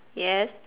yes